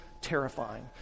terrifying